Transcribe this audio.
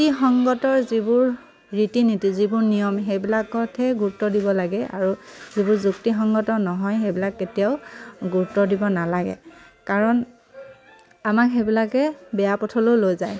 তিসংগত যিবোৰ ৰীতি নীতি যিবোৰ নিয়ম সেইবিলাকতহে গুৰুত্ব দিব লাগে আৰু যিবোৰ যুক্তিসংগত নহয় সেইবিলাক কেতিয়াও গুৰুত্ব দিব নালাগে কাৰণ আমাক সেইবিলাকে বেয়া পথলৈও লৈ যায়